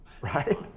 right